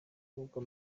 uvugwa